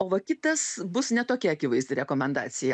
o va kitas bus ne tokia akivaizdi rekomendacija